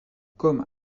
comme